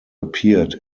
appeared